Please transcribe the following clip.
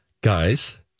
Guys